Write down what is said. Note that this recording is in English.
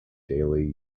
daily